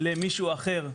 למישהו אחר,